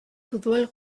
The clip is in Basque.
futbol